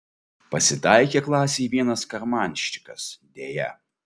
pasitaikė klasėj vienas karmanščikas deja